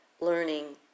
learning